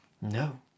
No